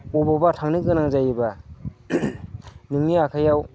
बबावबा थांनो गोनां जायोब्ला नोंनि आखाइआव